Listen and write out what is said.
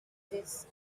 this